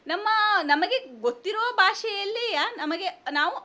ನಮ್ಮ ನಮಗೆ ಗೊತ್ತಿರುವ ಭಾಷೆಯಲ್ಲಿಯ ನಮಗೆ ನಾವು